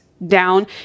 Down